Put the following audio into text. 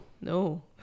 no